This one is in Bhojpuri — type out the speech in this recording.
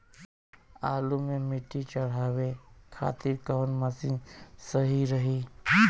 आलू मे मिट्टी चढ़ावे खातिन कवन मशीन सही रही?